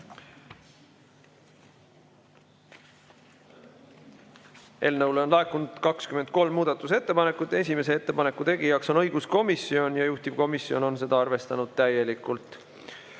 Eelnõu kohta on laekunud 23 muudatusettepanekut. Esimese ettepaneku tegijaks on õiguskomisjon ja juhtivkomisjon on seda arvestanud täielikult.